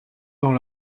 dans